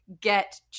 get